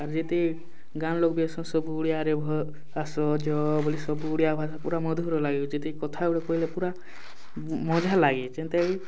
ଆଉ ଯେତେ ଗାଆଁ ଲୋକ ବି ଅଛନ୍ ସବୁ ଓଡ଼ିଆରେ ଆସ ଯଅ ବୋଲି ସବୁ ଓଡ଼ିଆ ଭାଷା ପୁରା ମଧୁର ଲାଗେ ଯଦି କଥା ଗୁଟେ କହିଲ ପୁରା ମଜା ଲାଗେ ଯେନ୍ତା କି